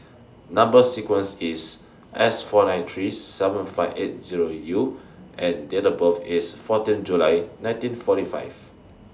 Number sequence IS S four nine three seven five eight Zero U and Date of birth IS fourteen July nineteen forty five